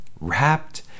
Wrapped